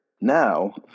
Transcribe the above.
Now